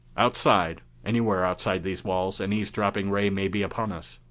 outside, anywhere outside these walls, an eavesdropping ray may be upon us.